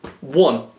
One